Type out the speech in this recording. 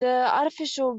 artificial